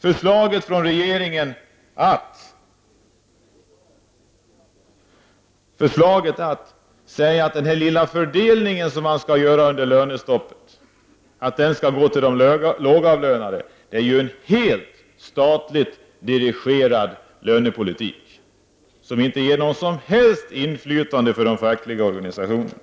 Förslaget från regeringen att den här lilla fördelningen som man skall göra under lönestoppet skall gå till de lågavlönade — det är ju helt statligt dirigerad lönepolitik, som inte ger något som helst inflytande för de fackliga organisationerna.